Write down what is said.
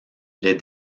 les